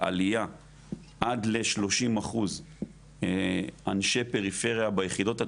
עליה עד ל-30% אנשי פריפריה ביחידות הטכנולוגיות,